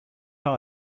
are